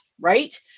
right